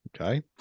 Okay